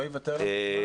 כי לא יוותר לנו זמן.